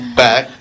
back